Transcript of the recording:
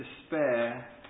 despair